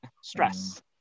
stress